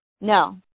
No